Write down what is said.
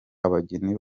abageni